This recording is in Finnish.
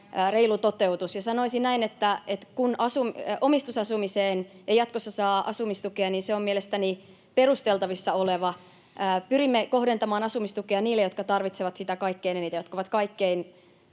reilu toteutukseltaan, ja sanoisin näin, että kun omistusasumiseen ei jatkossa saa asumistukea, niin se on mielestäni perusteltavissa. Pyrimme kohdentamaan asumistukea niille, jotka tarvitsevat sitä kaikkein eniten, jotka ovat kaikkein